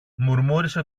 μουρμούρισε